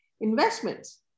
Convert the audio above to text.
investments